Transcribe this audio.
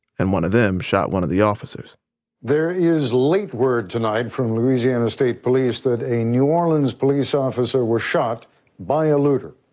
and one of them shot one of the officers there is late word tonight from louisiana state police that a new orleans police officer was shot by a looter.